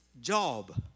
Job